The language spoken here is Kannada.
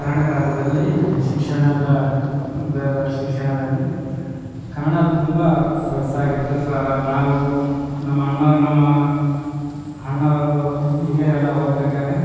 ಕರ್ನಾಟಕ ರಾಜ್ಯದಲ್ಲಿ ಶಿಕ್ಷಣದ ದರೋ ಶಿಕ್ಷಣದಲ್ಲಿ ಕನ್ನಡ ತುಂಬ ಸೊಗಸಾಗಿತ್ತು ಸೋ ನಾವು ನಮ್ಮ ಅಣ್ಣಾವ್ರು ನಮ್ಮ ಅಣ್ಣಾವ್ರು ಹಿರಿಯರೆಲ್ಲ ಓದಬೇಕಾರೆ